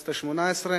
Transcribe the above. לכנסת השמונה-עשרה,